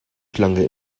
schlange